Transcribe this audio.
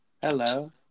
Hello